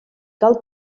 cal